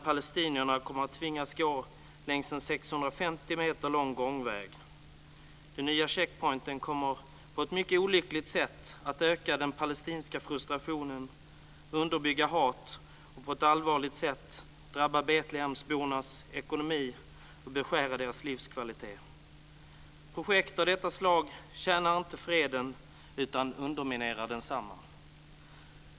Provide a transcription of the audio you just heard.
Palestinierna kommer att tvingas gå längs en 650 meter lång gångväg. Denna nya checkpoint kommer på ett mycket olyckligt sätt att öka den palestinska frustrationen, underbygga hat och på ett allvarligt sätt drabba betlehembornas ekonomi och beskära deras livskvalitet. Projekt av detta slag tjänar inte freden utan underminerar densamma.